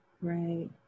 right